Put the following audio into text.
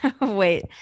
Wait